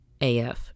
AF